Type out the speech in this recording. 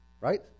Right